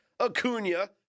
Acuna